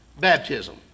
baptism